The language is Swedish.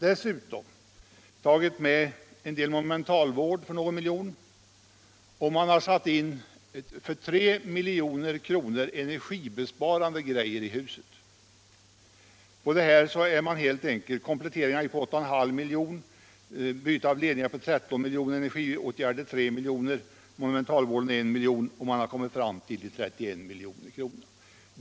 Dessutom har man tagit med monumentvård för någon miljon och satt in energibesparande grejer i huset för 3 milj.kr. Kompletteringar gick på 8.5 milj.kr., byte av ledningar sålunda 13 milj.kr., energibesparande åtgärder 3 milj.kr. och monumentvård I milj.kr. Därmed är man uppe i drygt 31 milj.kr.